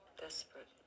Desperate